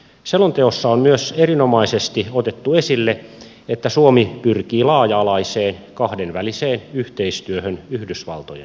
selonteossa on myös erinomaisesti otettu esille että suomi pyrkii laaja alaiseen kahdenväliseen yhteistyöhön yhdysvaltojen kanssa